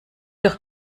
doch